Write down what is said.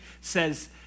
says